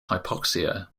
hypoxia